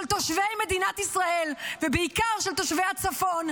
תושבי מדינת ישראל ובעיקר של תושבי הצפון,